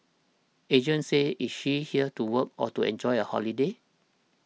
Agent says is she here to work or to enjoy a holiday